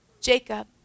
Jacob